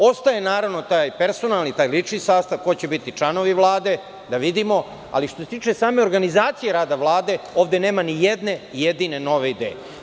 Ostaje, naravno, taj personalni, taj lični sastav, ko će biti članovi Vlade, da vidimo, ali što se tiče same organizacije rada Vlade, ovde nema ni jedne jedine nove ideje.